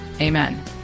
Amen